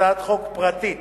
הצעת חוק פרטית